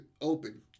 open